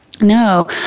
No